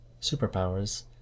superpowers